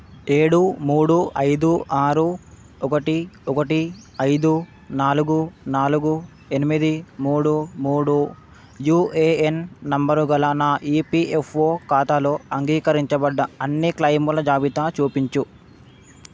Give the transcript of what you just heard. ఏడు మూడు ఐదు ఆరు ఒకటి ఒకటి ఐదు నాలుగు నాలుగు ఎనిమిది మూడు మూడు యుఏఎన్ నంబరు గల నా ఈపిఎఫ్ఓ ఖాతాలో అంగీకరించబడ్డ అన్నీ క్లెయిముల జాబితా చూపించు